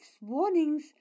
warnings